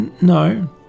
no